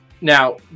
Now